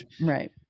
right